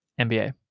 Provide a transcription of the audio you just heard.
NBA